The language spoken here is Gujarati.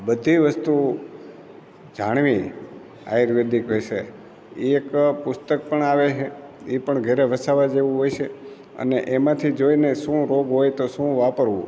બધી વસ્તુ જાણવી આયુર્વેદિક વિષે એ એક પુસ્તક પણ આવે છે એ પણ ઘરે વસાવવા જેવું હોય છે અને એમાંથી જોઈને શું રોગ હોય તો શું વાપરવું